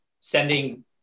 sending